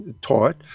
taught